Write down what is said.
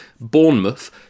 Bournemouth